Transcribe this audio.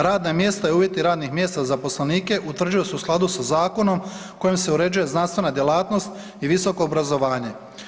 Radna mjesta i uvjeti radnih mjesta zaposlenika utvrđuje se u skladu sa zakonom kojim se uređuje znanstvena djelatnost i visoko obrazovanje.